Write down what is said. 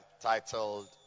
titled